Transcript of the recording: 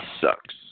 sucks